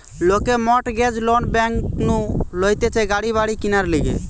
লোকে mortgage loan bank নু লইতেছে গাড়ি বাড়ি কিনার লিগে